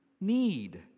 need